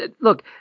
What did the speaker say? Look